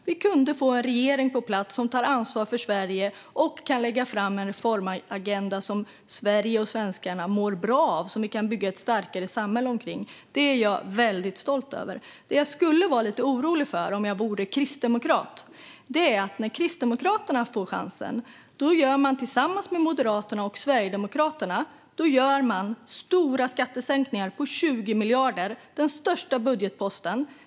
Vi kunde få en regering på plats som tar ansvar för Sverige och kunde lägga fram en reformagenda som Sverige och svenskarna mår bra av och som vi kan bygga ett starkare samhälle omkring. Det är jag stolt över. Det jag skulle vara lite orolig för om jag vore kristdemokrat är att Kristdemokraterna, när man får chansen, tillsammans med Moderaterna och Sverigedemokraterna gör stora skattesänkningar på 20 miljarder. Det är den största budgetposten.